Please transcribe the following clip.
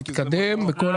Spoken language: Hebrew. הוא מתקדם בכל הכוח.